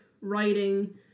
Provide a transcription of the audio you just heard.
writing